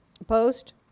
Opposed